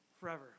forever